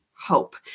hope